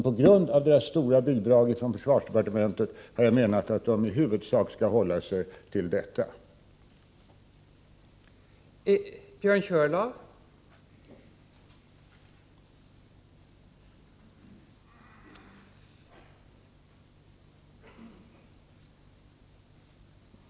På grund av deras stora bidrag från försvarsdepartementet bör de emellertid enligt min mening i huvudsak basera sin verksamhet på dessa bidrag.